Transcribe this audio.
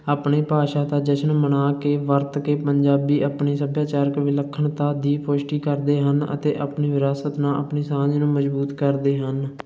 ਆਪਣੀ ਭਾਸ਼ਾ ਤਾਂ ਜਸ਼ਨ ਮਨਾ ਕੇ ਵਰਤ ਕੇ ਪੰਜਾਬੀ ਆਪਣੀ ਸੱਭਿਆਚਾਰਕ ਵਿਲੱਖਣਤਾ ਦੀ ਪੁਸ਼ਟੀ ਕਰਦੇ ਹਨ ਅਤੇ ਆਪਣੀ ਵਿਰਾਸਤ ਨਾਲ ਆਪਣੀ ਸਾਂਝ ਨੂੰ ਮਜ਼ਬੂਤ ਕਰਦੇ ਹਨ